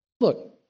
Look